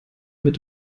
mit